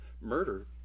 Murder